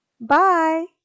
Bye